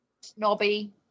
snobby